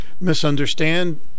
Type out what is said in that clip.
misunderstand